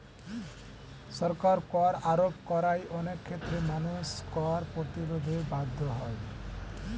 সরকার কর আরোপ করায় অনেক ক্ষেত্রে মানুষ কর প্রতিরোধে বাধ্য হয়